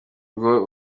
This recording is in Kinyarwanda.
rugo